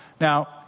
Now